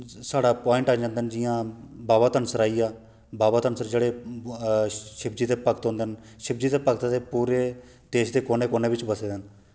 साढ़ा पाइंट आई जंदे ना जियां बाबा धनसर आई गेआ बाबा धनसर जेह्ड़े शिवजी दे भक्त होंदे न शिवजी दे भक्त दे पूरे देश दे कोने कोने बिच्च बस्से दे न